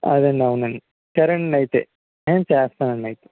అదేండి అవునండి సరేనండి అయితే నేను చేస్తానండి అయితే